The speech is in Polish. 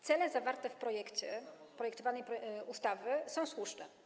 Cele zawarte w projekcie projektowanej ustawy są słuszne.